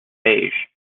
beige